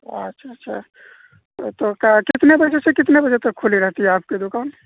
اچھا اچھا تو کیا کتنے بجے سے کتنے بجے تک کھلی رہتی ہے آپ کی دکان